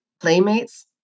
Playmates